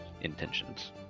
intentions